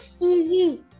TV